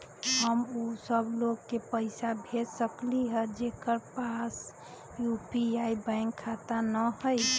हम उ सब लोग के पैसा भेज सकली ह जेकरा पास यू.पी.आई बैंक खाता न हई?